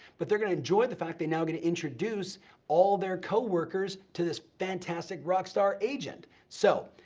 but they're gonna enjoy the fact they now get to introduce all their coworkers to this fantastic rock star agent. so,